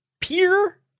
peer